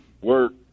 work